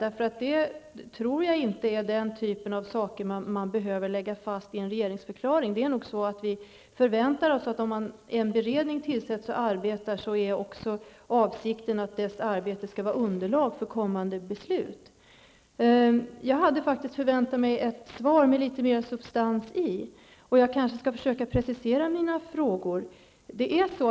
Jag tror inte att den typen av frågor behöver läggas fast i en regeringsförklaring. Avsikten med en beredning som har tillsatts är väl att dess arbete skall vara underlag för kommande beslut. Jag hade väntat mig ett svar med litet mera substans, och jag skall försöka precisera mina frågor.